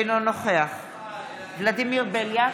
אינו נוכח ולדימיר בליאק,